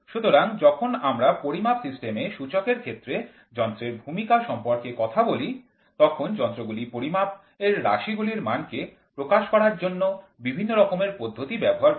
সুতরাং যখন আমরা পরিমাপ সিস্টেমের সূচকের ক্ষেত্রে যন্ত্রের ভূমিকা সম্পর্কে কথা বলি তখন যন্ত্রগুলি পরিমাপের রাশি গুলির মানকে প্রকাশ করার জন্য বিভিন্ন রকমের পদ্ধতি ব্যবহার করে